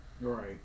right